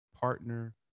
partner